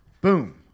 Boom